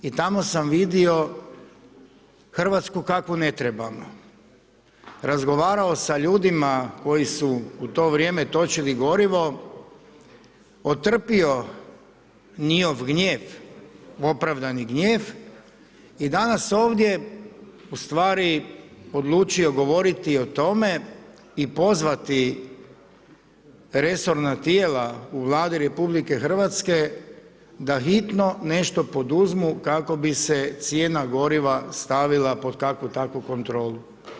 I tamo sam vidio Hrvatsku kakvu ne trebamo, razgovarao sa ljudima koji su u to vrijeme točili gorivo, otrpio njihov gnjev, opravdani gnjev i danas ovdje ustvari odlučio govoriti o tome i pozvati resorna tijela u Vladi RH da hitno nešto poduzmu kako bi se cijena goriva stavila pod kakvu takvu kontrolu.